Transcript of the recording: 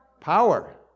Power